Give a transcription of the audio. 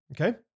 Okay